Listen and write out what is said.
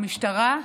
במשטרה,